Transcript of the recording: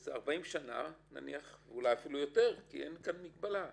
וזה 40 שנה, ואולי אפילו יותר כי אין כאן מגבלה.